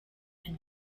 and